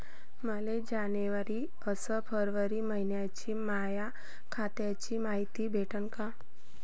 मले जनवरी अस फरवरी मइन्याची माया खात्याची मायती भेटन का?